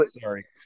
sorry